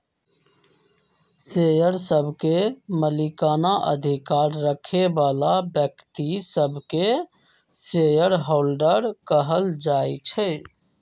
share सभके मलिकना अधिकार रखे बला व्यक्तिय सभके शेयर होल्डर कहल जाइ छइ